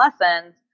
lessons